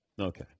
Okay